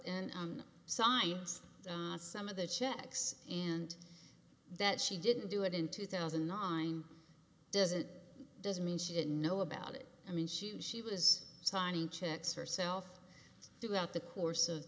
and signs some of the checks and that she didn't do it in two thousand and nine doesn't doesn't mean she didn't know about it i mean she knew she was signing checks herself throughout the course of